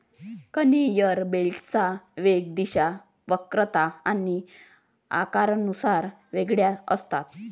conveyor बेल्टच्या वेग, दिशा, वक्रता आणि आकारानुसार वेगवेगळ्या असतात